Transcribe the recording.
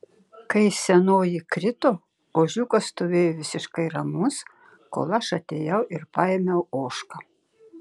kai senoji krito ožiukas stovėjo visiškai ramus kol aš atėjau ir paėmiau ožką